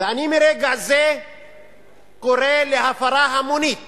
ואני מרגע זה קורא להפרה המונית